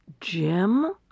Jim